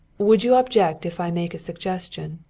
would you object if i make a suggestion?